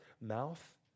mouth